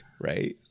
right